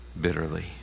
bitterly